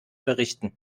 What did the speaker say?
berichten